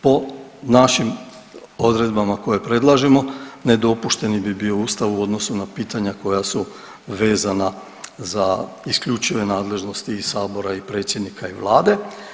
Po našim odredbama koje predlažemo nedopušteni bi bio Ustav u odnosu na pitanja koja su vezana za isključive nadležnosti i sabora i predsjednika i vlade.